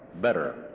better